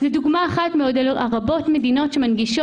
דוגמה אחת ממדינות רבות שמנגישות.